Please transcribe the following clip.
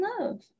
love